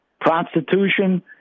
prostitution